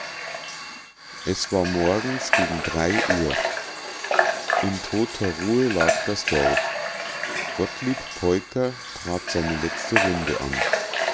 es war morgens gegen drei uhr in toter ruhe lag das dorf gottlieb peuker trat seine letzte runde an